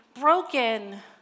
broken